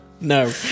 no